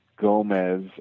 Gomez